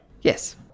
Yes